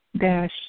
dash